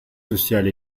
sociale